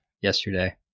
yesterday